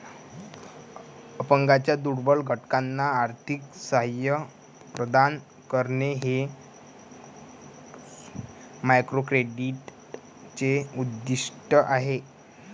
अपंगांच्या दुर्बल घटकांना आर्थिक सहाय्य प्रदान करणे हे मायक्रोक्रेडिटचे उद्दिष्ट आहे